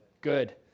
good